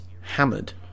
hammered